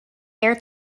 air